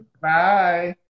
Bye